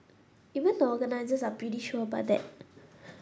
even the organisers are pretty sure about that